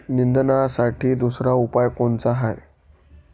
निंदनासाठी दुसरा उपाव कोनचा हाये?